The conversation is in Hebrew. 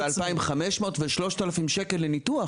2,500 ו-3,000 שקל לניתוח,